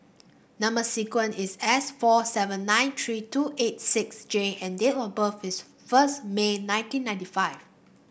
number sequence is S four seven nine three two eight six J and date of birth is first May nineteen ninety five